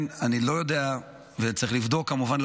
אני לא יודע, וצריך לבדוק, כמובן,